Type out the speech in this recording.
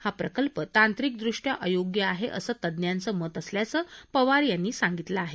हा प्रकल्प तांत्रिकदृष्ट्या अयोग्य आहे असं तज्ज्ञांचं मत असल्याचं पवार यांनी सांगितलं आहे